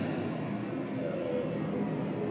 uh